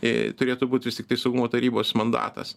i turėtų būt vis tik saugumo tarybos mandatas